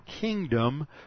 kingdom